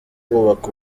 kubaka